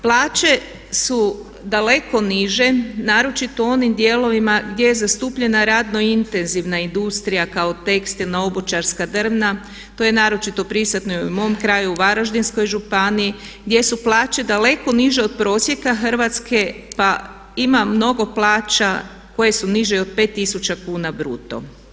Plaće su daleko niže, naročito u onim dijelovima gdje je zastupljena radno intenzivna industrija kao tekstilna, obućarska, drvna, to je naročito prisutno i u mom kraju u Varaždinskoj županiji gdje su plaće daleko niže od prosjeka Hrvatske pa ima mnogo plaća koje su niže i od 5000 kuna bruto.